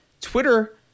Twitter